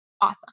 Awesome